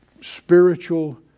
spiritual